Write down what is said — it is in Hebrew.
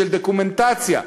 של דוקומנטציה,